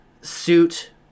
suit